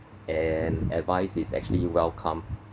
and advice is actually welcome